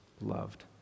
loved